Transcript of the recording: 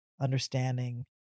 understanding